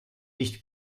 nicht